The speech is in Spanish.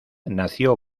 nació